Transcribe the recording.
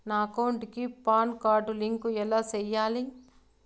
నా అకౌంట్ కి PAN card link ఎలా సేయాలి